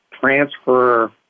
transfer